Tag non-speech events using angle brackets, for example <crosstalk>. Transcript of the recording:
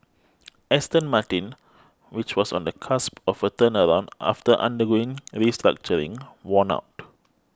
Aston Martin which was on the cusp of a turnaround after undergoing restructuring won out <noise>